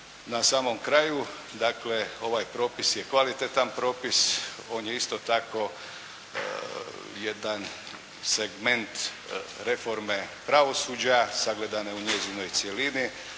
Na samom kraju, dakle ovaj propis je kvalitetan propis. On je isto tako jedan segment reforme pravosuđa sagledane u njezinoj cjelini.